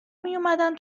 میومدن